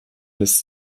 des